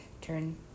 turn